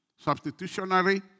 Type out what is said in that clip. substitutionary